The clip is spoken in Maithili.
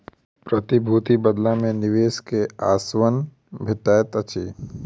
प्रतिभूतिक बदला मे निवेशक के आश्वासन भेटैत अछि